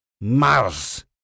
mars